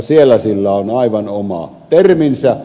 siellä sillä on aivan oma terminsä